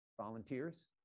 Volunteers